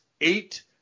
eight